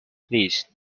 please